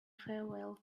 farewell